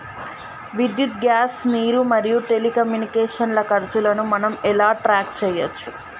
విద్యుత్ గ్యాస్ నీరు మరియు టెలికమ్యూనికేషన్ల ఖర్చులను మనం ఎలా ట్రాక్ చేయచ్చు?